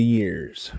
years